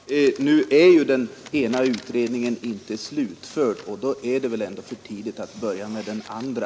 Herr talman! Nu är ju den ena utredningen inte slutförd, och då är det väl ändå för tidigt att börja med den andra.